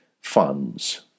funds